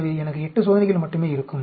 எனவே எனக்கு 8 சோதனைகள் மட்டுமே இருக்கும்